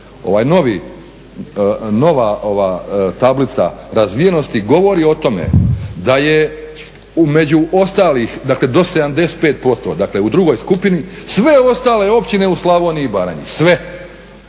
Ova nova tablica razvijenosti govori o tome da je među ostalih, dakle do 75% dakle u drugoj skupini sve ostale općine u Slavoniji i baranji. Sve.